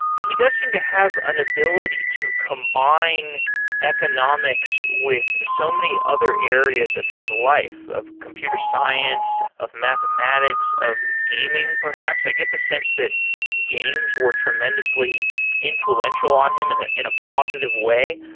he does seem to have an ability to combine economics with so many other areas of his life, of computer science, of mathematics, of gaming perhaps. i get the sense that games were tremendously influential on him in ah in a positive way.